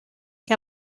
que